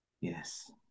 Yes